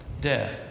death